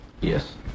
Yes